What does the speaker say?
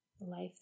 life